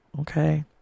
Okay